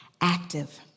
active